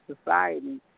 society